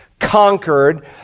conquered